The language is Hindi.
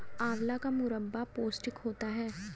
आंवला का मुरब्बा पौष्टिक होता है